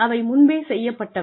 அவை முன்பே செய்யப்பட்டவை